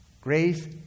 Grace